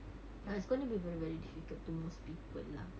ya it's going to be very very difficult to most people lah